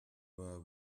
were